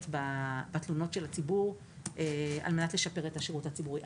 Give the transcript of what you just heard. בתלונות הציבור על מנת לשפר את השירות הציבורי,